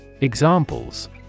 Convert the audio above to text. Examples